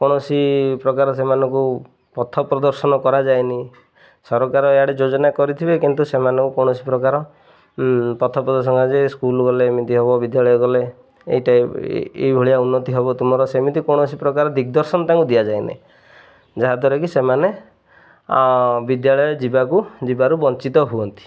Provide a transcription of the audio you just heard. କୌଣସି ପ୍ରକାର ସେମାନଙ୍କୁ ପଥ ପ୍ରଦର୍ଶନ କରାଯାଏନି ସରକାର ଇଆଡ଼େ ଯୋଜନା କରିଥିବେ କିନ୍ତୁ ସେମାନଙ୍କୁ କୌଣସି ପ୍ରକାର ପଥ ପ୍ରଦର୍ଶନ ଯେ ସ୍କୁଲ ଗଲେ ଏମିତି ହେବ ବିଦ୍ୟାଳୟ ଗଲେ ଏହି ଟାଇପ୍ ଏହି ଭଳିଆ ଉନ୍ନତି ହେବ ତୁମର ସେମିତି କୌଣସି ପ୍ରକାର ଦିଗଦର୍ଶନ ତାଙ୍କୁ ଦିଆଯାଏ ନାହିଁ ଯାହାଦ୍ୱାରା କି ସେମାନେ ବିଦ୍ୟାଳୟ ଯିବାକୁ ଯିବାରୁ ବଞ୍ଚିତ ହୁଅନ୍ତି